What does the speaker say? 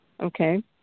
okay